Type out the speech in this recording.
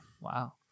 Wow